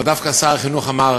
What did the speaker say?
אבל דווקא שר החינוך אמר: